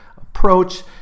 approach